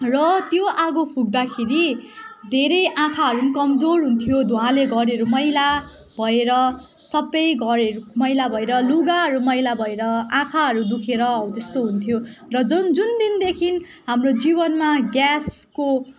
र त्यो आगो फपक्दाखेरि धेरै आँखाहरू पनि कमजोर हुन्थ्यो धुवाँले घरहरू मैला भएर सबै घरहरू मैला भएर लुगाहरू मैला भएर आँखाहरू दुखेर हो त्यस्तो हुन्थ्यो र जुन जुन दिनदेखि हाम्रो जीवनमा ग्यासको